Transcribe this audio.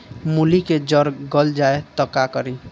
मूली के जर गल जाए त का करी?